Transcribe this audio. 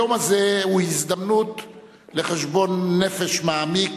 היום הזה הוא הזדמנות לחשבון נפש מעמיק